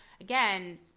Again